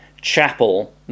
chapel